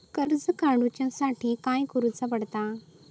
कर्ज काडूच्या साठी काय करुचा पडता?